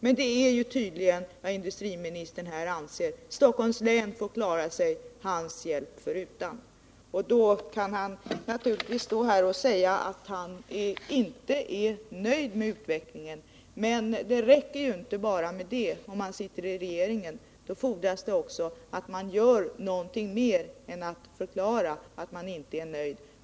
Men det är tydligen vad industriministern anser — Stockholms län får klara sig hans hjälp förutan. Industriministern kan naturligtvis stå här och säga att han inte är nöjd med utvecklingen. Men det räcker inte bara med det, om man sitter i regeringen. Då fordras det också att man gör mer än att förklara att man inte är nöjd.